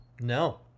No